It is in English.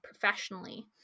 professionally